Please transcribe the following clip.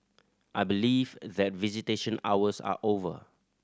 I believe that visitation hours are over